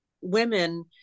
women